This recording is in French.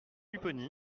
pupponi